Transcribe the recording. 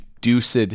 deuced